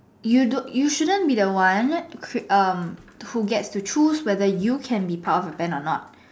you don't you shouldn't be the one cri~ um who gets to choose whether you can be part of the band or not